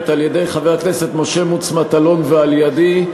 על-ידי חבר הכנסת משה מוץ מטלון ועל-ידי.